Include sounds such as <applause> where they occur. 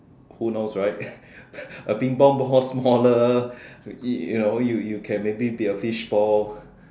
who knows right <laughs> a ping pong ball smaller you you know you you can maybe be a fishball